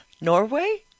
Norway